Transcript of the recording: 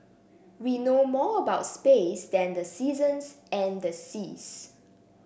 we know more about space than the seasons and the seas